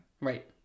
Right